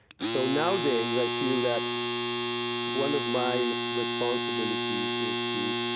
so nowadays i feel that one of my responsibilities is to